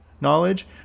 knowledge